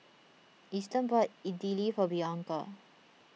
Easton bought Idili for Bianca